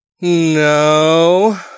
No